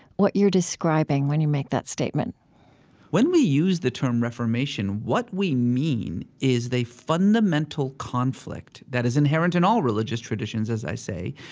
what you're describing, when you make that statement when we use the term reformation, what we mean is the fundamental conflict that is inherent in all religious traditions, as i say,